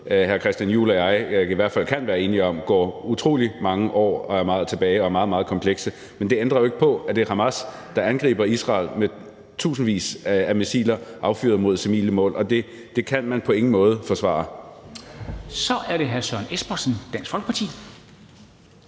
hr. Christian Juhl og jeg i hvert fald kan være enige om går utrolig mange år tilbage og er meget, meget komplekse. Men det ændrer jo ikke på, at det er Hamas, der angriber Israel med tusindvis af missiler affyret mod civile mål, og det kan man på ingen måde forsvare. Kl. 14:12 Formanden (Henrik Dam